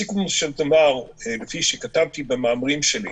בסיכומו של דבר, כפי שכתבתי במאמרים שלי,